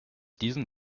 diesen